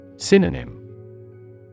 Synonym